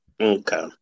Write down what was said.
Okay